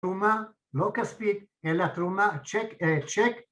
‫תרומה, לא כספית, ‫אלא תרומה, צ'ק, צ'ק.